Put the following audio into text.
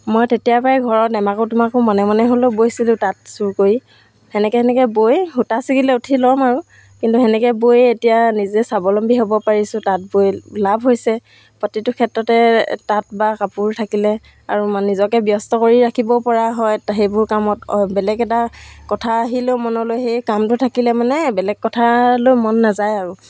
মই তেতিয়াৰ পৰাই ঘৰত এমাকো দুমাকো মনে মনে হ'লেও বৈছিলোঁ তাঁত চুৰ কৰি তেনেকৈ তেনেকৈ বৈ সূতা ছিগিলে উঠি লৰ মাৰোঁ আৰু কিন্তু তেনেকৈ বৈয়ে এতিয়া নিজে স্বাৱলম্বী হ'ব পাৰিছোঁ তাঁত বৈ লাভ হৈছে প্ৰতিটো ক্ষেত্ৰতে তাঁত বা কাপোৰ থাকিলে আৰু নিজকে ব্যস্ত কৰি ৰাখিবও পৰা হয় সেইবোৰ কামত বেলেগ এটা কথা আহিলেও মনলৈ সেই কামটো থাকিলে মানে বেলেগ কথালৈ মন নাযায় আৰু